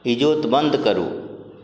इजोत बन्द करू